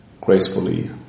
gracefully